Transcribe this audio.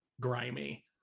Grimy